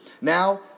Now